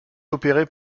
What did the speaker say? opérés